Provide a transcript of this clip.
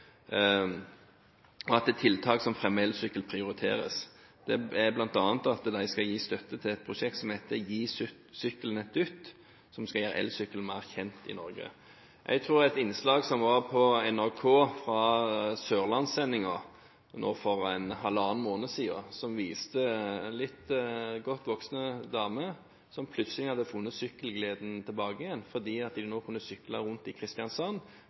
og at tiltak som fremmer elsykkel, prioriteres. Det er bl.a. at de skal gi støtte til et prosjekt som heter «Gi sykkelen et dytt», som skal gjøre elsykkelen mer kjent i Norge. Jeg tror et innslag som var på NRK fra Sørlandssendingen nå for ca. halvannen måned siden, som viste litt godt voksne damer som plutselig hadde funnet sykkelgleden igjen, fordi de nå kunne sykle rundt i Kristiansand,